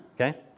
okay